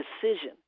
decision